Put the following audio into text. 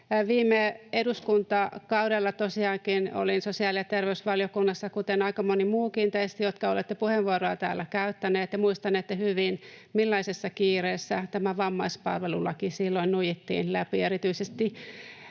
Viime eduskuntakaudella tosiaankin olin sosiaali- ja terveysvaliokunnassa, kuten aika moni muukin teistä, jotka olette puheenvuoron täällä käyttäneet. Muistanette hyvin, millaisessa kiireessä tämä vammaispalvelulaki silloin nuijittiin läpi. Erityisesti